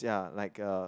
ya like a